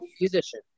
musician